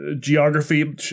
geography